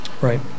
right